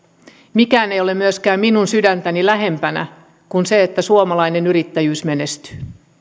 mikään ei ole myöskään minun sydäntäni lähempänä kuin se että suomalainen yrittäjyys menestyy